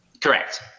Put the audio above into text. Correct